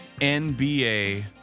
NBA